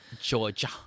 Georgia